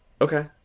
Okay